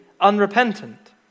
unrepentant